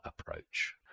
approach